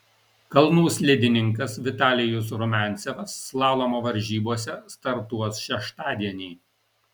kalnų slidininkas vitalijus rumiancevas slalomo varžybose startuos šeštadienį